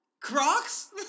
Crocs